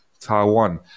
Taiwan